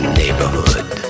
neighborhood